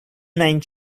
nine